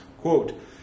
Quote